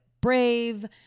Brave